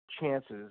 chances